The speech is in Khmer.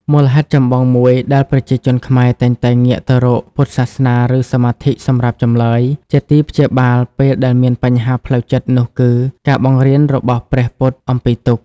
មូលហេតុចម្បងមួយដែរជាប្រជាជនខ្មែរ តែងតែ ងាកទៅរកពុទ្ធសាសនាឬសមាធិសម្រាប់ចម្លើយ ជាទីព្យាបាលពេលដែលមានបញ្ហាផ្លូវចិត្តនោះគឺ ការបង្រៀនរបស់ព្រះពុទ្ធអំពីទុក្ខ ។